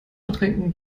ertränken